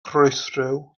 croesryw